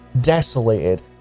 desolated